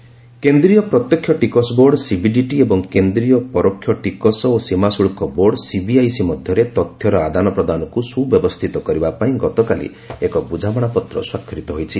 CBDT କେନ୍ଦ୍ରୀୟ ପ୍ରତ୍ୟକ୍ଷ ଟିକସ ବୋର୍ଡ ସିବିଡିଟି ଏବଂ କେନ୍ଦ୍ରୀୟ ପରୋକ୍ଷ ଟିକସ ଓ ସୀମାଶୁଳ୍କ ବୋର୍ଡ ସିବିଆଇସି ମଧ୍ୟରେ ତଥ୍ୟର ଆଦାନ ପ୍ରଦାନକୁ ସୁବ୍ୟବସ୍ଥିତ କରିବା ପାଇଁ ଗତକାଲି ଏକ ବୁଝାମଣାପତ୍ର ସ୍ୱାକ୍ଷରିତ ହୋଇଛି